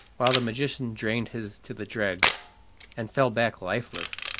while the magician drained his to the dregs and fell back lifeless.